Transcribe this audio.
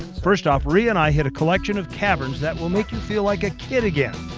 first off ria and i hit a collection of caverns that will make you feel like a kid again,